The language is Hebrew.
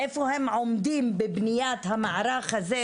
איפה הם עומדים בבניית המהלך הזה,